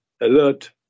alert